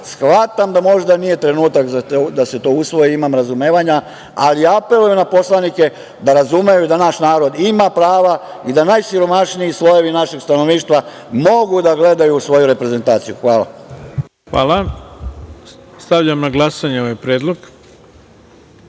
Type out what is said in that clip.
da možda nije trenutak da se to usvoji, imam razumevanja, ali apelujem na poslanike da razumeju da naš narod ima prava i da najsiromašniji slojevi našeg stanovništva mogu da gledaju svoju reprezentaciju. Hvala. **Ivica Dačić** Hvala. Stavljam na glasanje ovaj